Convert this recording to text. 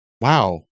Wow